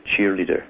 cheerleader